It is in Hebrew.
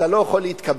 אתה לא יכול להתקבל.